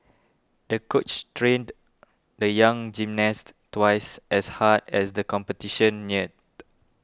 the coach trained the young gymnast twice as hard as the competition neared